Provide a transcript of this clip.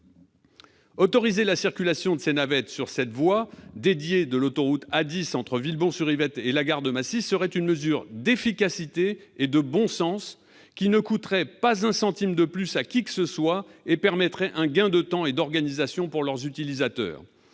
Autoriser la circulation de ces navettes sur cette voie dédiée de l'autoroute A10 entre Villebon-sur-Yvette et la gare de Massy serait une mesure d'efficacité et de bon sens qui ne coûterait pas un centime de plus à qui que ce soit et permettrait un gain de temps et d'organisation pour leurs utilisateurs.